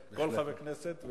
תודה, חבר הכנסת ברכה.